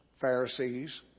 Pharisees